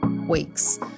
weeks